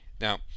now